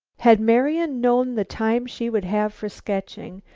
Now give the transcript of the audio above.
had marian known the time she would have for sketching,